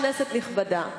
כנסת נכבדה,